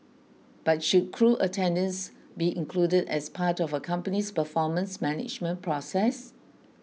but should crew attendance be included as part of a company's performance management process